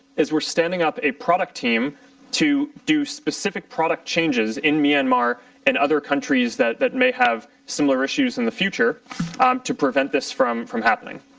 as we are standing up a product team to do specific product changes in myanmar and other countries that that may have similar issues in the future to prevent this from from happening.